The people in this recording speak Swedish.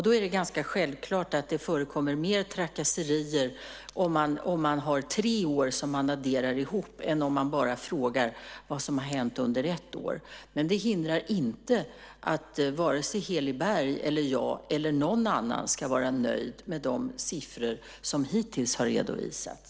Då är det ganska självklart att det förekommer mer trakasserier om man har tre år som man adderar ihop än om man bara frågar vad som har hänt under ett år. Men det innebär inte att vare sig Heli Berg, jag eller någon annan ska vara nöjd med de siffror som hittills har redovisats.